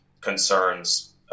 concerns